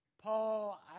Paul